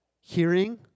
hearing